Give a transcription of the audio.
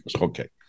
Okay